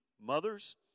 mothers